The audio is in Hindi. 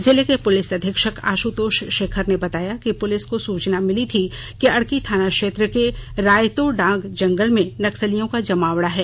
जिले के पुलिस अधीक्षक आशुतोष शेखर ने बताया कि पुलिस को सूचना मिली थी कि अड़की थाना क्षेत्र के रायतोडांग जंगल में नक्सलियों का जमावड़ा है